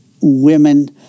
women